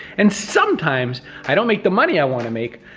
and sometimes, i don't make the money i wanna make,